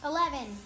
Eleven